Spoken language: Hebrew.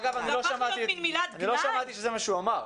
אגב, לא שמעתי שזה מה שנאמר.